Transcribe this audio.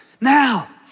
Now